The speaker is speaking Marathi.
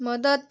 मदत